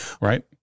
Right